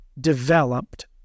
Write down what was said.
developed